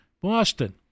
Boston